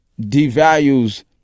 devalues